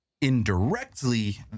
indirectly